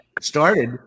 started